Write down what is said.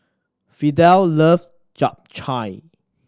Fidel love Japchae